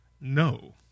No